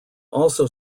also